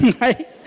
right